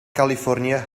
californië